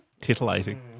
titillating